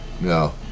No